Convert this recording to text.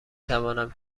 توانم